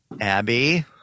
abby